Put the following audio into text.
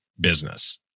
business